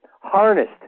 harnessed